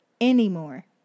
anymore